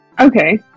Okay